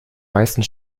meisten